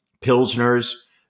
Pilsner's